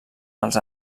els